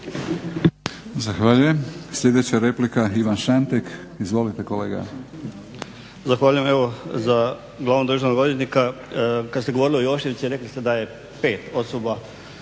Zahvaljujem. Sljedeća replika, Ivan Šantek. Izvolite kolega.